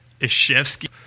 ishevsky